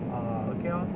uh okay lor